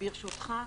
ברשותך,